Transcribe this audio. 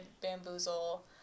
bamboozle